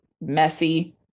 messy